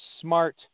smart